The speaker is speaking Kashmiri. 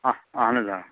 اَ اَہَن حظ آ